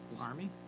Army